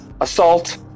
assault